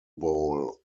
bowl